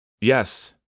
Yes